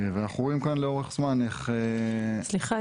סליחה,